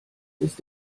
ist